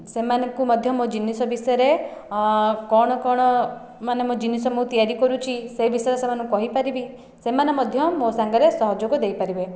ସେମାନଙ୍କୁ ମଧ୍ୟ ମୋ ଜିନିଷ ବିଷୟରେ କଣ କଣ ମାନେ ମୋ ଜିନିଷ ମୁଁ ତିଆରି କରୁଛି ସେ ବିଷୟରେ ସେମାନଙ୍କୁ କହିପାରିବି ସେମାନେ ମଧ୍ୟ ମୋ ସାଙ୍ଗରେ ସହଯୋଗ ଦେଇପାରିବେ